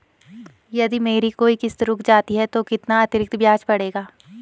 यदि मेरी कोई किश्त रुक जाती है तो कितना अतरिक्त ब्याज पड़ेगा?